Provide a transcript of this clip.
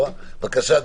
בבקשה,